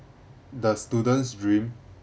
the student's dream